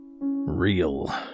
real